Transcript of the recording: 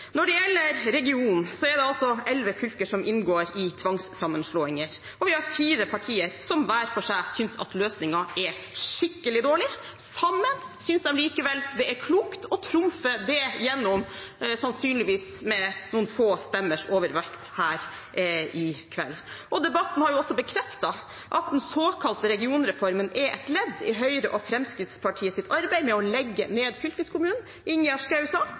Når det gjelder region, er det elleve fylker som inngår i tvangssammenslåinger, og vi har fire partier som hver for seg synes at løsningen er skikkelig dårlig. Sammen synes de likevel det er klokt å trumfe det igjennom, sannsynligvis med noen få stemmers overvekt her i kveld. Debatten har også bekreftet at den såkalte regionreformen er et ledd i Høyre og Fremskrittspartiets arbeid med å legge ned fylkeskommunen.